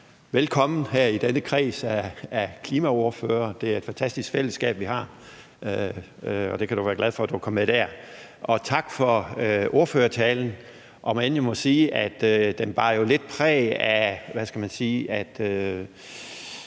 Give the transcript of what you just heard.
velkommen her i denne kreds af klimaordførere. Det er et fantastisk fællesskab, vi har, og du kan være glad for, at du er kommet med der. Og tak for ordførertalen, om end jeg må sige, at den jo bar lidt præg af, hvad skal man sige,